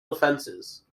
defenses